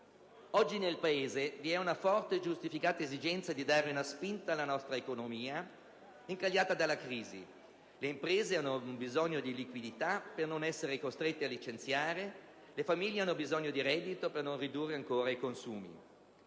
Oggi nel Paese vi è una forte e giustificata esigenza di dare una spinta alla nostra economia incagliata nella crisi. Le imprese hanno bisogno di liquidità per non essere costrette a licenziare, le famiglie hanno bisogno di reddito per non ridurre ancora i consumi.